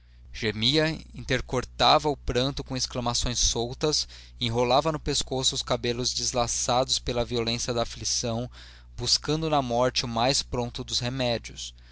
gemia intercortava o pranto com exclamações soltas enrolava no pescoço os cabelos deslaçados pela violência da aflição buscando na morte o mais pronto dos remédios